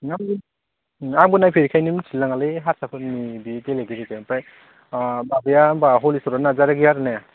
नङा बेयो आंबो नायफैयैखाय मिनथिलाय लाङालै हारसाफोरनि बे गेलेगिरिखो ओमफ्राय अ माबाया होनबा हलिसरन नार्जारि गैया आरो ने